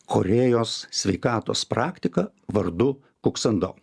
korėjos sveikatos praktika vardu kuksando